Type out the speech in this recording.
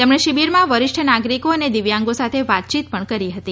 તેમણે શિબિરમાં વરિષ્ઠ નાગરિકો અને દિવ્યાંગો સાથે વાતચીત પણ કરી હતી